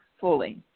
fully